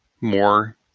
more